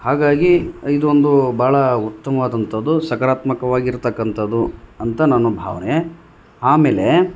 ಹಾಗಾಗಿ ಇದೊಂದು ಭಾಳ ಉತ್ತಮವಾದಂತದ್ದು ಸಕರಾತ್ಮಕವಾಗಿರತಕ್ಕಂತದ್ದು ಅಂತ ನನ್ನ ಭಾವನೆ ಆಮೇಲೆ